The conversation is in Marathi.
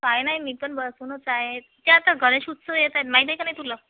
काय नाही मी पण बसूनच आहे ते आता गणेश उत्सव येत आहेत माहीत आहे का नाही तुला